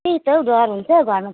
त्यही त हौ डर हुन्छ घरमा